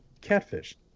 catfish